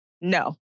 No